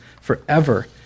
forever